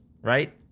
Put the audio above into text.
right